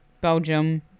Belgium